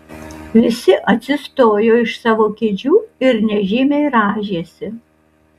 visi atsistojo iš savo kėdžių ir nežymiai rąžėsi